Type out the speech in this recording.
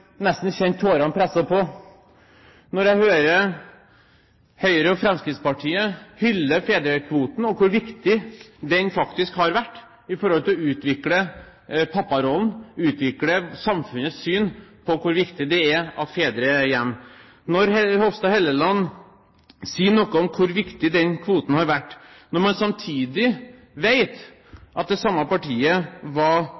nesten kjent tårene presse på – når jeg hører Høyre og Fremskrittspartiet hylle fedrekvoten og hvor viktig den faktisk har vært for å utvikle papparollen, utvikle samfunnets syn på hvor viktig det er at fedre er hjemme, når jeg hører Hofstad Helleland si noe om hvor viktig den kvoten har vært, når man samtidig vet at det samme partiet var